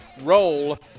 Roll